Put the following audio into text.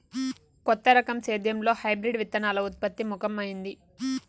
కొత్త రకం సేద్యంలో హైబ్రిడ్ విత్తనాల ఉత్పత్తి ముఖమైంది